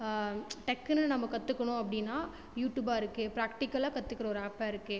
டக்குன்னு நம்ம கற்றுக்கணும் அப்படினா யூட்டுபாக இருக்கு ப்ராக்டிக்கல்லாம் கற்றுக்குற ஒரு ஆப்பாக இருக்கு